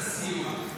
עשית סיור.